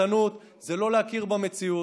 ליצנות זה לא להכיר במציאות.